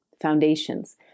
foundations